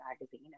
magazine